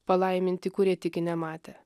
palaiminti kurie tiki nematę